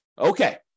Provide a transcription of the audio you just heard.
Okay